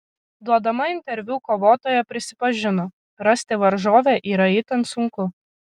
duodama interviu kovotoja prisipažino rasti varžovę yra itin sunku